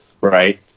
Right